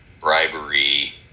bribery